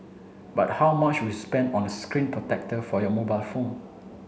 but how much would spend on a screen protector for your mobile phone